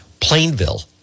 Plainville